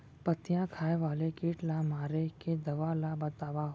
पत्तियां खाए वाले किट ला मारे के दवा ला बतावव?